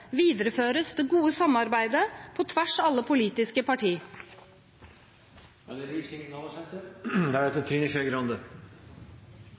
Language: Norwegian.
videreføres det gode samarbeidet på tvers av alle politiske